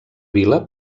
vila